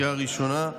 בקריאה ראשונה,